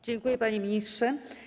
Dziękuję, panie ministrze.